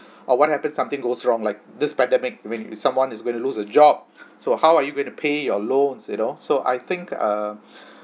or what happened something goes wrong like this pandemic maybe someone is going to lose a job so how are you going to pay your loans you know so I think err